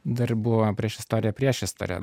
dar buvo priešistorė priešistorės